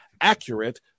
accurate